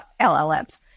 LLMs